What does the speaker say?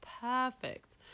perfect